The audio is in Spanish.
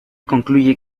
concluye